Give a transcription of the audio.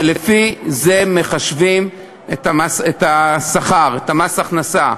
ולפי זה מחשבים את השכר, את מס הכנסה,